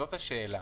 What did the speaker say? זאת השאלה.